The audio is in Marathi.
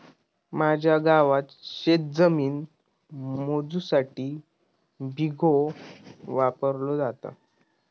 माझ्या गावात शेतजमीन मोजुसाठी बिघो वापरलो जाता